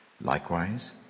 Likewise